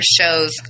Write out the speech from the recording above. shows